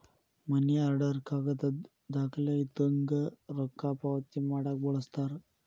ಮನಿ order ಕಾಗದದ್ ದಾಖಲೆ ಇದ್ದಂಗ ರೊಕ್ಕಾ ಪಾವತಿ ಮಾಡಾಕ ಬಳಸ್ತಾರ